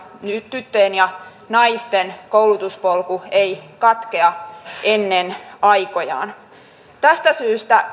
tyttöjen ja naisten koulutuspolku ei katkea ennen aikojaan tästä syystä